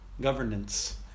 governance